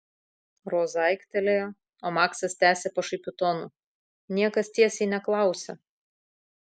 roza aiktelėjo o maksas tęsė pašaipiu tonu niekas tiesiai neklausia